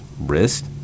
wrist